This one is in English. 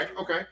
Okay